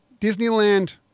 Disneyland